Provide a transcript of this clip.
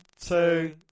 two